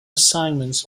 assignments